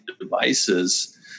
devices